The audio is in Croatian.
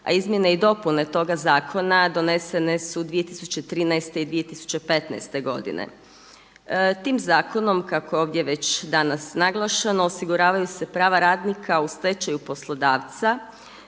a Izmjene i dopune toga zakona donesene su 2013. i 2015. godine. Tim zakonom kako je ovdje već naglašeno osiguravaju se prava radnika u stečaju poslodavca